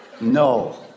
No